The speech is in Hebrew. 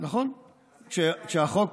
כשהיה שר.